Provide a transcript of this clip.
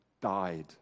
died